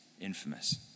infamous